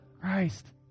Christ